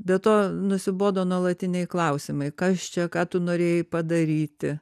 be to nusibodo nuolatiniai klausimai kas čia ką tu norėjai padaryti